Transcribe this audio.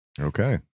Okay